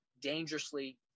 dangerously